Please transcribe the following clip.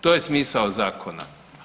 To je smisao zakona.